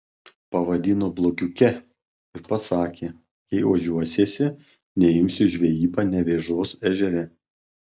pavadino blogiuke ir pasakė jei ožiuosiesi neimsiu į žvejybą nevėžos ežere